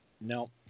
No